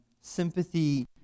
sympathy